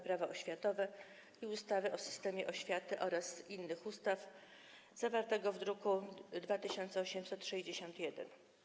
Prawo oświatowe i ustawy o systemie oświaty oraz innych ustaw zawartym w druku nr 2861.